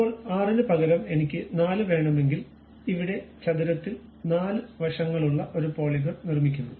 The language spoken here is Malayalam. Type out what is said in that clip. ഇപ്പോൾ 6 ന് പകരം എനിക്ക് 4 വേണമെങ്കിൽ ഇവിടെ ചതുരത്തിൽ 4 വശങ്ങളുള്ള ഒരു പോളിഗോൺ നിർമ്മിക്കുന്നു